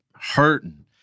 hurting